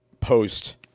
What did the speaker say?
post